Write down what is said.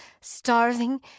starving